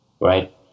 right